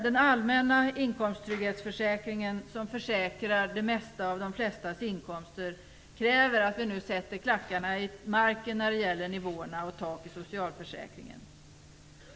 Den allmänna inkomsttrygghetsförsäkringen som försäkrar det mesta av de flestas inkomster kräver att vi nu sätter klackarna i marken när det gäller nivåer och tak i socialförsäkringen.